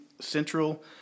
central